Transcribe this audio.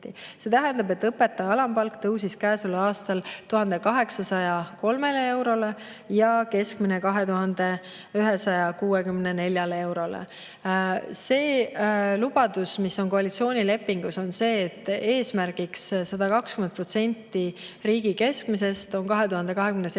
See tähendab, et õpetaja alampalk tõusis käesoleval aastal 1803 eurole ja keskmine 2164 eurole. Lubadus, mis on koalitsioonilepingus, on see, et eesmärgiks seatud 120% riigi keskmisest on 2027.